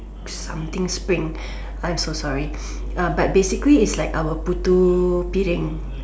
something spring I'm so sorry uh but basically it's like our putu-piring